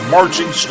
Marching